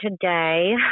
today